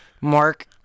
Mark